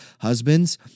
Husbands